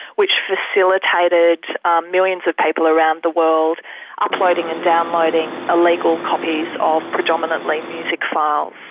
which facilitated millions of people around the world uploading and downloading illegal copies of predominantly music files.